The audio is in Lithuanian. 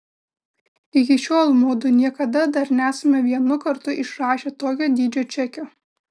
iki šiol mudu niekada dar nesame vienu kartu išrašę tokio dydžio čekio